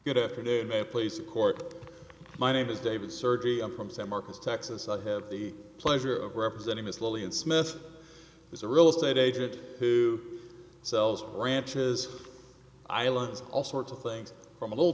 good afternoon a place of court my name is david surgery i'm from san marcos texas i had the pleasure of representing miss lilly and smith is a real estate agent who sells ranches islands all sorts of things from a little